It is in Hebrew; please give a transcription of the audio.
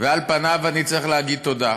ועל פניו אני צריך להגיד תודה,